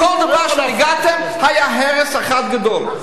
בכל דבר שנגעתם היה הרס אחד גדול.